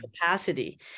capacity